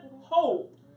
hope